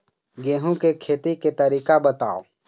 गेहूं के खेती के तरीका बताव?